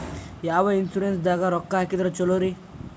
ಯಾವ ಇನ್ಶೂರೆನ್ಸ್ ದಾಗ ರೊಕ್ಕ ಹಾಕಿದ್ರ ಛಲೋರಿ?